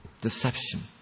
deception